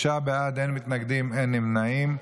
תשעה בעד, אין מתנגדים, אין נמנעים.